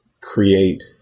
create